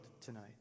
tonight